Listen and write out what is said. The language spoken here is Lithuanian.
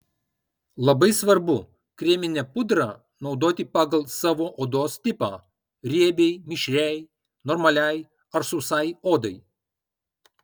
labai svarbu kreminę pudrą naudoti pagal savo odos tipą riebiai mišriai normaliai ar sausai odai